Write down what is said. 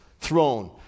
throne